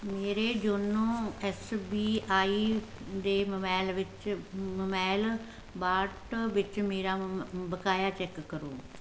ਮੇਰੇ YONO S B I ਦੇ mobile ਵਿੱਚ ਮੋਬਾਈਲ ਵਾਲਟ ਵਿੱਚ ਮੇਰਾ ਬਕਾਇਆ ਚੈੱਕ ਕਰੋ